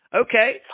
Okay